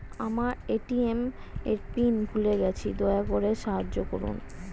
আমার এ.টি.এম এর পিন ভুলে গেছি, দয়া করে সাহায্য করুন